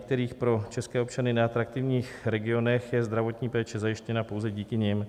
V některých pro české občany neatraktivních regionech je zdravotní péče zajištěna pouze díky nim.